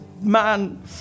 man